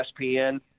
ESPN